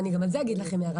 וגם על זה אגיד לכם הערה,